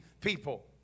people